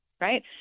right